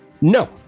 No